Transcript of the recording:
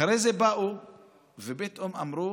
אחרי זה באו ופתאום אמרו: